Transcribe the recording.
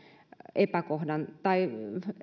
epäkohdan tai